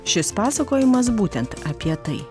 šis pasakojimas būtent apie tai